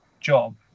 job